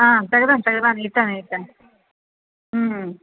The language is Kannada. ಹಾಂ ತೆಗೆದಾನ ತೆಗೆದಾನ ಇಟ್ಟಾನ ಇಟ್ಟಾನ ಹ್ಞೂ